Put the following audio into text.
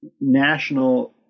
national